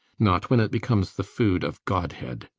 not when it becomes the food of godhead.